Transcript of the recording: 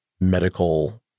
medical